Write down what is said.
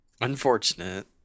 Unfortunate